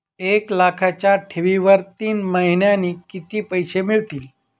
एक लाखाच्या ठेवीवर तीन महिन्यांनी किती पैसे मिळतील?